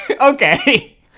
Okay